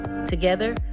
Together